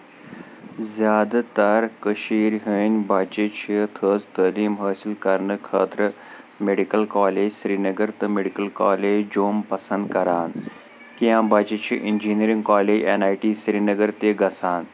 زیادٕ تر کٔشیٖر ہٕنٛدۍ بَچہٕ چھِ تھٔز تعلیٖم حٲصِل کرنہٕ خٲطرٕ میٚڈکَٕل کالج سرینَگر تہٕ میٚڈکَٕل کالج جوم پسنٛد کران کیٚنٛہہ بَچہٕ چھِ engineering college N I T Srinagar تہِ گژھان